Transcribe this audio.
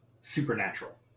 supernatural